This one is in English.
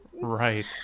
Right